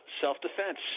self-defense